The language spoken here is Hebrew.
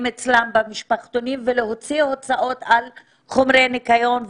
אצלן במשפחתונים ולהוציא הוצאות על חומרי ניקיון,